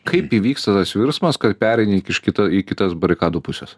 kaip įvyksta tas virsmas kad pereini iš kito į kitas barikadų puses